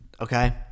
Okay